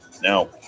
now